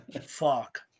Fuck